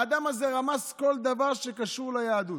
האדם הזה רמס כל דבר שקשור ליהדות,